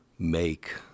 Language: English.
make